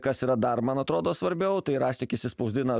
kas yra dar man atrodo svarbiau tai raštikis išspausdina